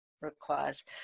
requires